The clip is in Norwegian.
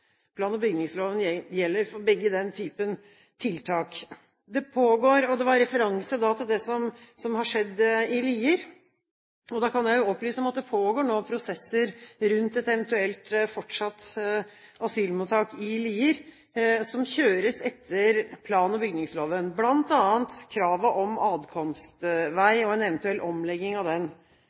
Plan- og bygningsloven gjelder for begge typer tiltak. Det var en referanse til det som har skjedd i Lier. Da kan jeg opplyse om at det nå pågår prosesser rundt et eventuelt fortsatt asylmottak i Lier som kjøres etter plan- og bygningsloven – bl.a. kravet om adkomstvei og en eventuell omlegging av den.